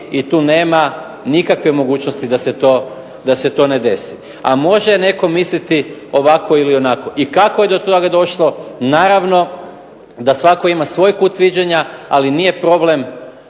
i tu nema nikakve mogućnosti da se to ne desi. A može netko misliti ovako ili onako i kako je do toga došlo, naravno da svatko ima svoj kut viđenja, ali nije problem